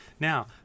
Now